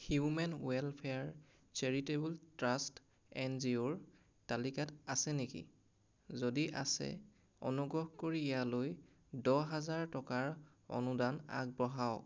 human welfare charitable trust N G অ'ৰ তালিকাত আছে নেকি যদি আছে অনুগ্ৰহ কৰি ইয়ালৈ দহ হাজাৰ টকাৰ অনুদান আগবঢ়াওক